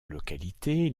localité